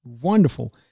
wonderful